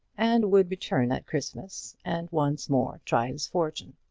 and would return at christmas and once more try his fortune.